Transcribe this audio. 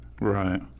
right